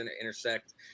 intersect